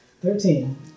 Thirteen